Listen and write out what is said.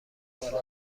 بالا